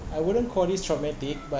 I wouldn't call this traumatic but